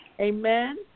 Amen